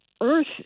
Earth